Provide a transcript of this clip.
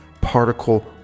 particle